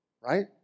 Right